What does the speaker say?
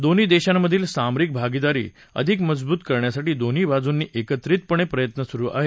दोन्ही देशांमधली सामरिक भागिदारी अधिक मजबूत करण्यासाठी दोन्ही बाजूंनी एकत्रितपणे प्रयत्न सुरु आहेत